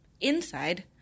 inside